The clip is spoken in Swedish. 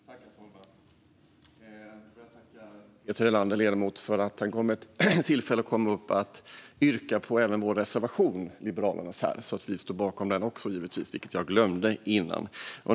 Herr talman! Jag vill tacka ledamoten Peter Helander för att han gav mig tillfälle att gå upp och yrka bifall även till Liberalernas reservation. Vi står givetvis bakom den också, vilket jag glömde att säga tidigare.